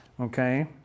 Okay